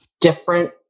different